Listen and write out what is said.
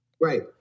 Right